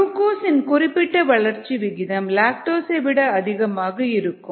glucose இன் குறிப்பிட்ட வளர்ச்சி விகிதம் லாக்டோஸ்சை விட அதிகமாக இருக்கும்